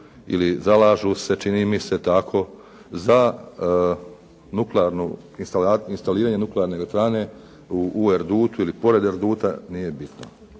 ili zalažu, čini mi se tako za instaliranje nuklearne elektrane u Erdutu ili pored Erduta, nije bitno.